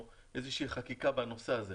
איזושהי חקיקה בנושא הזה,